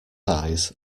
eyes